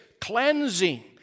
cleansing